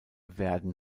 werden